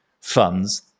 funds